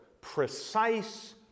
precise